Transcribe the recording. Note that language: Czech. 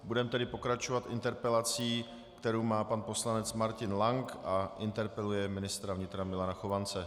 Budeme tedy pokračovat interpelací, kterou má pan poslanec Martin Lank, a interpeluje ministra vnitra Milana Chovance.